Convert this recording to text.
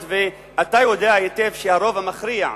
היות שאתה יודע היטב שהרוב המכריע,